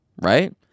Right